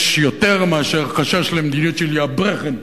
יש יותר מאשר חשש למדיניות של "יא, ברעכן",